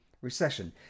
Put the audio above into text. recession